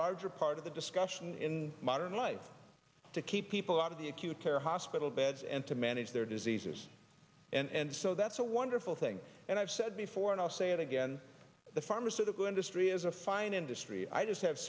larger part of the discussion in modern life to keep people out of the acute care hospital beds and to manage their diseases and so that's a wonderful thing and i've said before and i'll say it again the pharmaceutical industry is a fine industry i just have